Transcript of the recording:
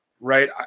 right